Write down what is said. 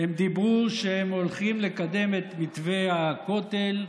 הם אמרו שהם הולכים לקדם את מתווה הכותל,